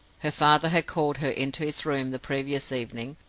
her father had called her into his room the previous evening,